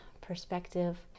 perspective